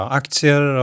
aktier